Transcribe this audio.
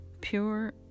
pure